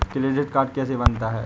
Credit card कैसे बनता है?